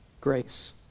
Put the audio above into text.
Grace